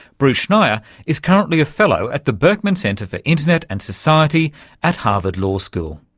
bruce schneier is currently a fellow at the berkman center for internet and society at harvard law school.